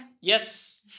Yes